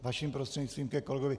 Vaším prostřednictvím ke kolegovi.